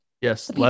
Yes